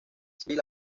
civil